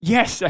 Yes